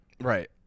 right